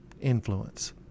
influence